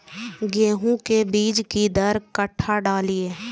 गेंहू के बीज कि दर कट्ठा डालिए?